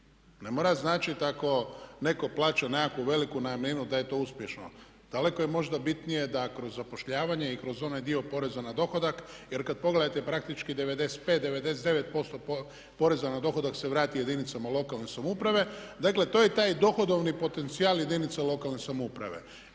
Ne mora značiti ako netko plaća nekakvu veliku najamninu da je to uspješno. Daleko je možda bitnije da kroz zapošljavanje i kroz onaj dio poreza na dohodak. Jer kad pogledate praktički 95, 99% poreza na dohodak se vrati jedinicama lokalne samouprave. Dakle, to je taj dohodovni potencijal jedinica lokalne samouprave.